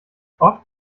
oft